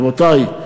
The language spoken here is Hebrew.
רבותי,